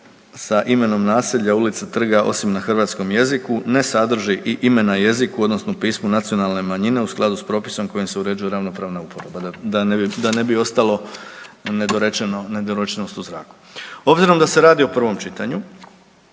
sa imenom naselja, ulica, trga, osim na hrvatskom jeziku ne sadrži i ime na jeziku odnosno pismu nacionalne manjine u skladu s propisom kojim se uređuje ravnopravna uporaba, da ne bi, da ne bi ostalo nedorečeno, nedorečenost u zraku. Obzirom da se radi o prvom čitanju,